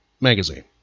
magazine